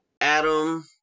Adam